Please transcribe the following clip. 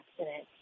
accident